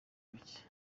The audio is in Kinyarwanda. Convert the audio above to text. buke